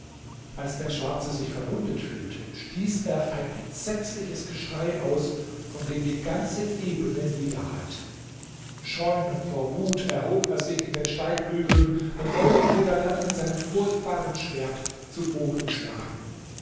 als der schwarze sich verwundet fühlte stieß er ein entsetzliches geschrei aus von dem die ganze ebene wiederhallte schäumend vor wut erhob er sich in den steigbügeln und wollte chodadad mit seinem furchtbaren schwert zu boden schlagen